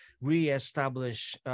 reestablish